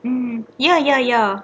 mm ya ya ya